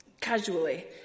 casually